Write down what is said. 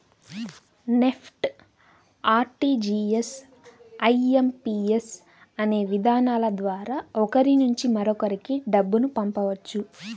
NEFT, RTGS, IMPS అనే విధానాల ద్వారా ఒకరి నుంచి మరొకరికి డబ్బును పంపవచ్చు